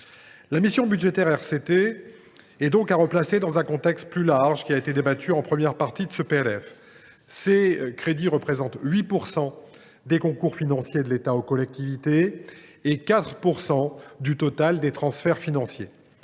territoriales » est donc à replacer dans ce contexte plus large, qui a été débattu en première partie de ce projet de budget. Ses crédits représentent 8 % des concours financiers de l’État aux collectivités et 4 % du total des transferts financiers.